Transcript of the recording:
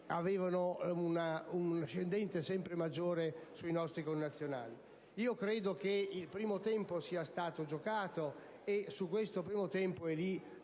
avere poi un ascendente sempre maggiore sui nostri connazionali. Credo che il primo tempo sia stato giocato, e su questo noi diamo un